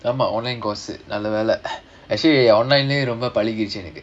ஆமா:aamaa online course நல்ல வேல:nalla vela actually online லேயே ரொம்ப பழகிடுச்சு எனக்கு:layae romba palagiduchu enakku